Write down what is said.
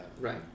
Right